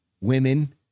women